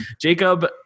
Jacob